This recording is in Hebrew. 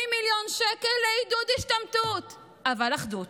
30 מיליון שקל לעידוד השתמטות, אבל אחדות.